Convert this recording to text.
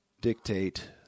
dictate